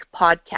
Podcast